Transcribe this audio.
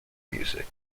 music